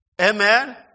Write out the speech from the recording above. Amen